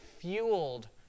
fueled